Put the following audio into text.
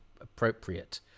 appropriate